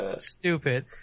stupid